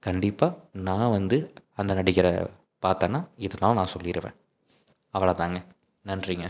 கண்டிப்பாக நான் வந்து அந்த நடிகரை பாத்தேன்னா இதலாம் நான் சொல்லிவிடுவேன் அவ்வளவுதாங்க நன்றிங்க